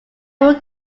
were